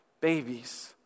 babies